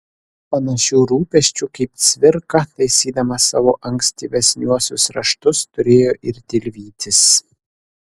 panašių rūpesčių kaip cvirka taisydamas savo ankstyvesniuosius raštus turėjo ir tilvytis